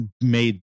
made